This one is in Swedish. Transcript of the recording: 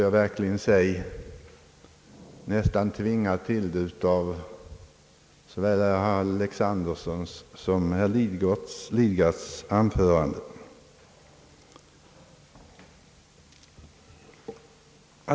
Sedan vill jag — jag är nästan tvingad därtill — bemöta herrar Lidgards och Alexandersons anföranden.